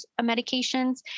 medications